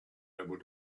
able